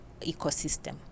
ecosystem